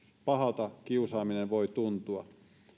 pahalta kiusaaminen voi tuntua